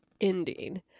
ending